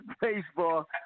baseball